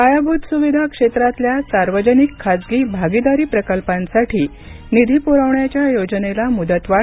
पायाभूत सुविधा क्षेत्रातल्या सार्वजनिक खासगी भागीदारी प्रकल्पांसाठी निधी पुरवण्याच्या योजनेला मुदतवाढ